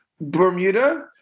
Bermuda